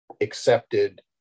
accepted